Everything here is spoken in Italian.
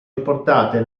riportate